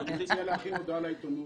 אני מציע להכין הודעה לעיתונות.